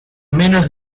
menos